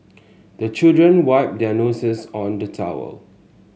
the children wipe their noses on the towel